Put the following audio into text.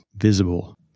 visible